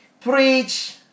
Preach